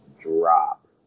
drop